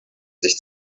sich